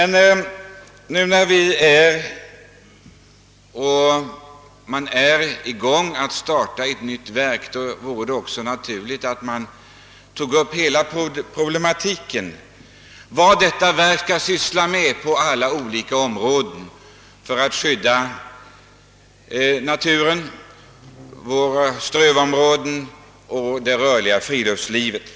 När vi nu står i begrepp att starta ett nytt ämbetsverk vore det också naturligt att ta upp hela frågan om vad detta verk skall syssla med på olika områden för att skydda naturen, våra strövområden och det rörliga friluftslivet.